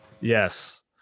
Yes